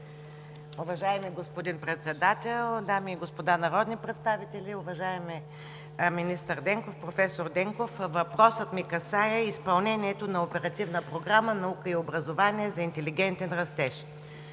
Уважаеми господин Председател, дами и господа народни представители, уважаеми проф. Денков! Въпросът ми касае изпълнението на Оперативна програма „Наука и образование за интелигентен растеж“,